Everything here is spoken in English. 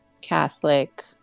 catholic